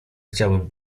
chciałbym